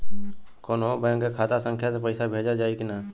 कौन्हू बैंक के खाता संख्या से पैसा भेजा जाई न?